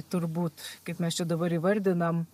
turbūt kaip mes čia dabar įvardinam